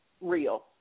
real